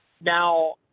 Now